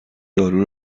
دارو